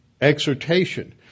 exhortation